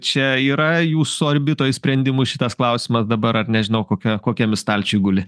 čia yra jūsų orbitoj sprendimų šitas klausimas dabar ar nežinau kokia kokiam stalčiuj guli